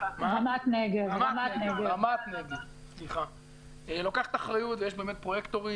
רמת נגב לוקחת אחריות ויש באמת פרויקטורית